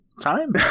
time